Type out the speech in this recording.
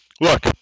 look